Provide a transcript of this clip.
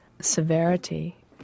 severity